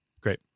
great